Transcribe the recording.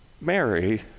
Mary